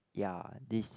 ya this